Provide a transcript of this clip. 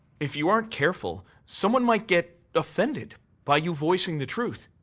if you aren't careful, someone might get offended by you voicing the truth.